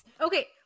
Okay